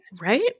Right